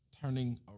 turning